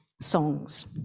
songs